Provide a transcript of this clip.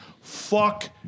Fuck